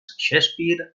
shakespeare